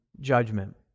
judgment